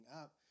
up